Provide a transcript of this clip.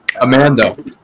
Amanda